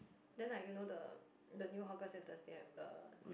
then like you know the the new hawker centre they have the